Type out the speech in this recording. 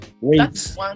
wait